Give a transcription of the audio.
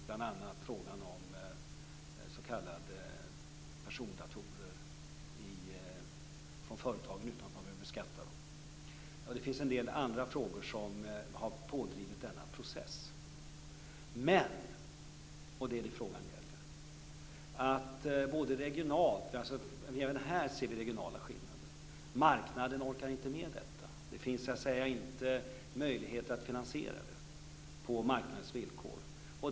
Bl.a. gäller det då frågan om s.k. persondatorer från företagen utan att man behöver beskatta dem. Det finns också en del andra frågor som har drivit på denna process. Men, och det är vad frågan gäller, även här ser vi regionala skillnader. Marknaden orkar inte med allt detta. Det finns inte möjligheter till finansiering på marknadens villkor.